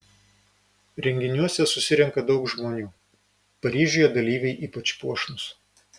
renginiuose susirenka daug žmonių paryžiuje dalyviai ypač puošnūs